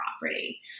property